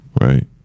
Right